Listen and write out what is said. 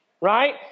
Right